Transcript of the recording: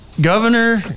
Governor